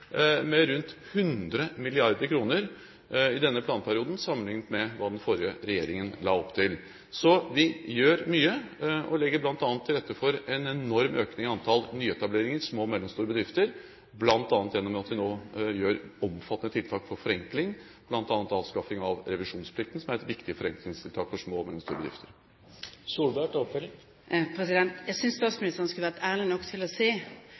med rundt 100 mrd. kr i denne planperioden sammenlignet med hva den forrige regjeringen la opp til. Så vi gjør mye og legger bl.a. til rette for en enorm økning i antall nyetableringer av små og mellomstore bedrifter, bl.a. gjennom at vi nå setter i verk omfattende tiltak for forenkling, bl.a. avskaffing av revisjonsplikten, som er et viktig forenklingstiltak for små og mellomstore bedrifter. Jeg synes statsministeren skulle vært ærlig nok til å si